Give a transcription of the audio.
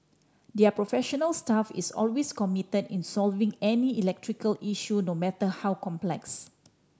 their professional staff is always committed in solving any electrical issue no matter how complex